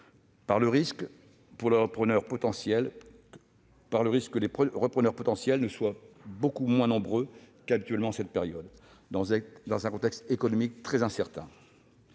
par le risque que les repreneurs potentiels soient beaucoup moins nombreux qu'habituellement en cette période, compte tenu du contexte économique très incertain